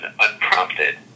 unprompted